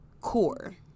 core